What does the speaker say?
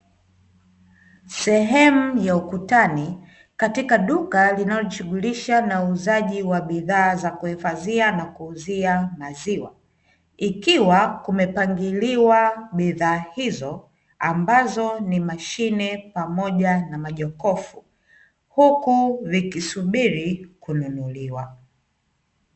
Sehemu ya ukutani katika duka linalojishughulisha na uuzaji wa bidhaa za kuhifadhia na kuuzia maziwa, ikiwa kumepangiliwa bidhaa hizo, ambazo ni mashine pamoja na majokofu, huku vikisuburi kununuliwa.